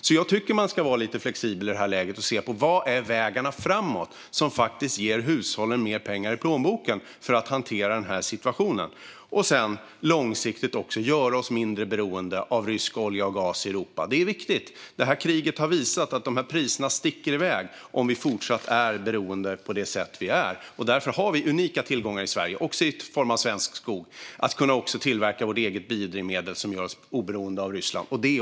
Jag tycker alltså att man ska vara lite flexibel i detta läge och se på vilken väg framåt som ger hushållen mer pengar i plånboken för att hantera denna situation. Sedan måste vi också långsiktigt göra oss mindre beroende av rysk olja och gas i Europa. Detta är viktigt. Kriget har visat att priserna sticker i väg om vi fortsätter att vara beroende på det sätt som vi är. Därför har vi unika tillgångar i Sverige, också i form av svensk skog, som gör att vi kan tillverka vårt eget biodrivmedel och göra oss oberoende av Ryssland.